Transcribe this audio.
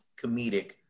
comedic